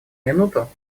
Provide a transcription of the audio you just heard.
минуту